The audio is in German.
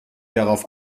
darauf